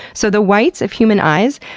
so the whites of human eyes,